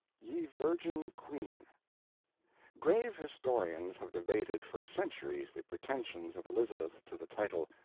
ye virgin queene grave historians have debated for centuries the pretensions of elizabeth to the title,